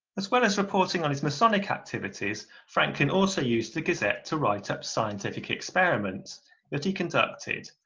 as well as reporting on his masonic activities, franklin also used the gazette to write up scientific experiments that he conducted,